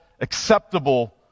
Acceptable